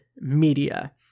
media